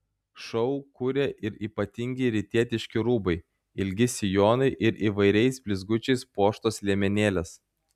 šou kuria ir ypatingi rytietiški rūbai ilgi sijonai ir įvairiais blizgučiais puoštos liemenėlės